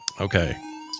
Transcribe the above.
Okay